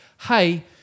Hey